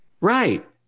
Right